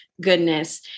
goodness